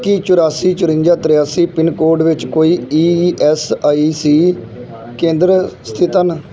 ਕੀ ਚੁਰਾਸੀ ਚੁਰੰਜਾ ਤ੍ਰਿਆਸੀ ਪਿੰਨ ਕੋਡ ਵਿੱਚ ਕੋਈ ਈ ਐਸ ਆਈ ਸੀ ਕੇਂਦਰ ਸਥਿਤ ਹਨ